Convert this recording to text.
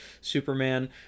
Superman